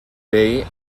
bay